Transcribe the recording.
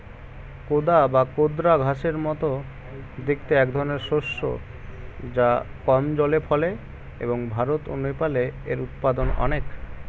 কোদা বা কোদরা ঘাসের মতো দেখতে একধরনের শস্য যা কম জলে ফলে এবং ভারত ও নেপালে এর উৎপাদন অনেক